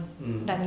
mm